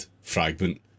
fragment